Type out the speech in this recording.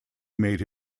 made